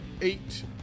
Eight